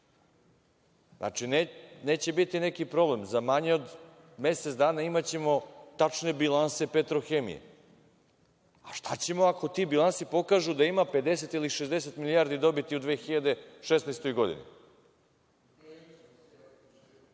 Znači, neće biti neki problem, za manje od mesec dana imaćemo tačne bilanse „Petrohemije“, a šta ćemo ako ti bilansi pokažu da ima 50 ili 60 milijardi dobiti u 2016. godini?